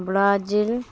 Brazil